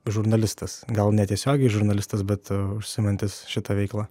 žurnalistas gal ne tiesiogiai žurnalistas bet užsiimantis šita veikla